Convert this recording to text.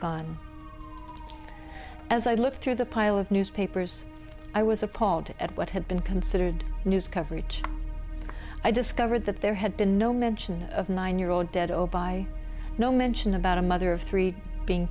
gone as i looked through the pile of newspapers i was appalled at what had been considered news coverage i discovered that there had been no mention of nine year old dead obeid no mention about a mother of three being